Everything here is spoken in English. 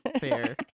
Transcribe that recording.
fair